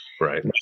Right